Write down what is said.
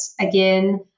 again